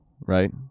right